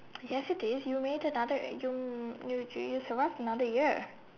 yes it is you made another you you you survived another year